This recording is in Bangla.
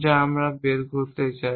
যা আমরা বের করতে চাই